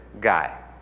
guy